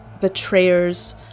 betrayer's